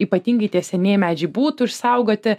ypatingai tie senieji medžiai būtų išsaugoti